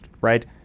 right